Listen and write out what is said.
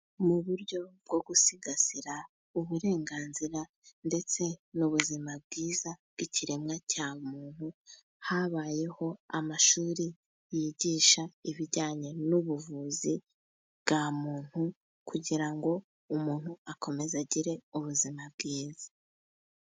Mu buryo bwo gusigasira uburenganzira ndetse n'ubuzima bwiza bw'ikiremwa cya muntu, habayeho amashuri yigisha ibijyanye n'ubuvuzi bwa muntu, kugira ngo umuntu akomeze agire ubuzima bwiza.